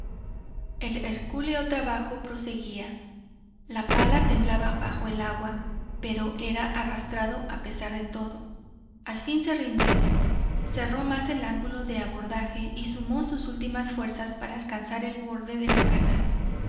hercúleo trabajo proseguía la pala temblaba bajo el agua pero era arrastrado a pesar de todo al fin se rindió cerró más el ángulo de abordaje y sumó sus últimas fuerzas para alcanzar el borde de la canal